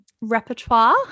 repertoire